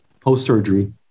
post-surgery